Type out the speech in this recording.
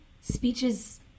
speeches